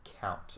count